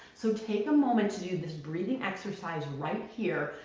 so take a moment to do this breathing exercise right here,